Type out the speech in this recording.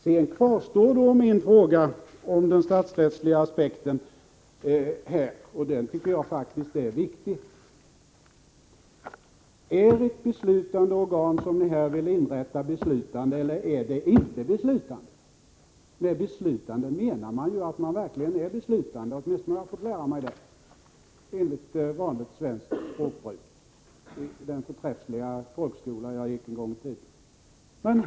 Sedan kvarstår min fråga om den statsrättsliga aspekten, och den tycker jag faktiskt är viktig. Är det beslutande organ som ni här vill inrätta, beslutande eller inte beslutande? Med beslutande menar man ju att det verkligen är beslutande; åtminstone har jag fått lära mig det enligt vanligt svenskt språkbruk i den förträffliga folkskola där jag gick en gång i tiden.